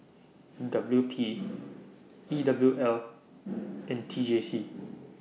W P E W L and T J C